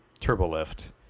Turbolift